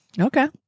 Okay